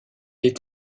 est